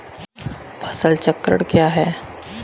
फसल चक्रण क्या होता है?